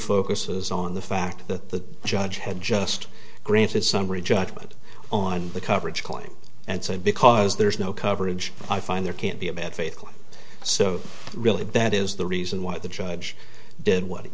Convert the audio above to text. focuses on the fact that the judge had just granted summary judgment on the coverage claim and said because there is no coverage i find there can't be a bad faith so really that is the reason why the judge did what